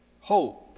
Hope